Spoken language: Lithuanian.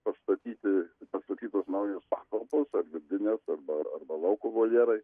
pastatyti pastatytos naujos patalpos ar vidinės arba arba lauko voljerai